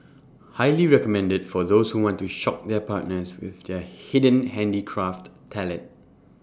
highly recommended for those who want to shock their partners with their hidden handicraft talent